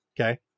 Okay